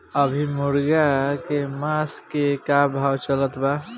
अभी मुर्गा के मांस के का भाव चलत बा?